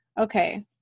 Okay